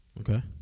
Okay